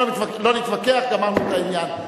לא נתווכח, גמרנו את העניין.